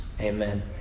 Amen